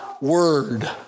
word